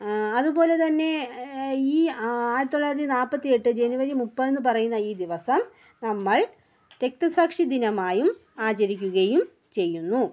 അതുപോലെ തന്നെ ഈ ആയിരത്തി തൊള്ളായിരത്തി നാൽപത്തി എട്ട് ജനുവരി മുപ്പത് എന്ന് പറയുന്ന ഈ ദിവസം നമ്മൾ രക്തസാക്ഷി ദിനമായും ആചരിക്കുകയും ചെയ്യുന്നു